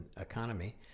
economy